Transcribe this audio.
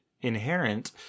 inherent